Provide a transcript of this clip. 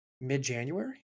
mid-January